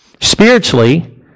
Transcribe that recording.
Spiritually